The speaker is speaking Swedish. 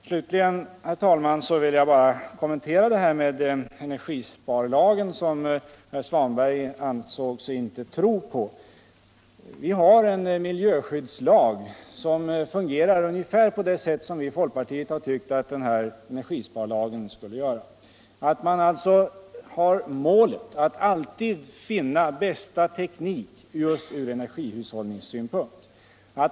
Slutligen vill jag bara, herr talman, kommentera förslaget om energisparlag, som herr Svanberg inte trodde på. Vi har en miljöskyddslag som fungerar ungefär på det sätt som vi i folkpartiet tänkt att energisparlagen skulle göra. Man skall ha som mål att alltid finna den bästa tekniken just från energihushållningssynpunkt.